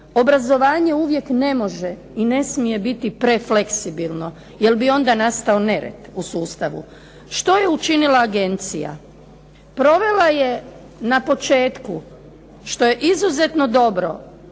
Obrazovanje uvijek ne može i ne smije biti prefleksibilno, jer bi onda nastao nered u sustavu. Što je učinila agencija? Provela je na početku, što je izuzetno dobro,